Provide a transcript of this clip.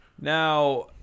Now